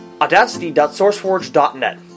audacity.sourceforge.net